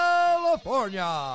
California